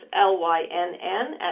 L-Y-N-N